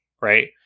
Right